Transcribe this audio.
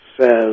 says